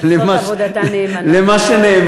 עושות עבודתן נאמנה.